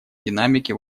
динамике